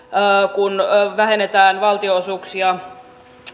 kun vähennetään valtionosuuksia